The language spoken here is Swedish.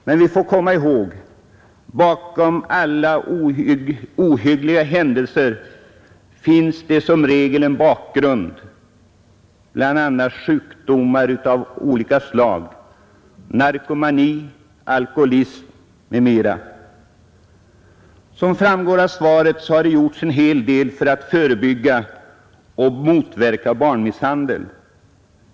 Men vi får komma ihåg att alla ohyggliga händelser som regel har en bakgrund, bl.a. sjukdomar av olika slag, narkomani och alkoholism. Som framgår av svaret har det gjorts en hel del för att förebygga och motverka barnmisshandel.